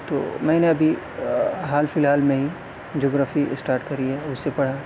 تو میں نے ابھی حال فی الحال میں ہی جگرفی اسٹارٹ کری ہے اسے پڑھا